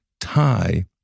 tie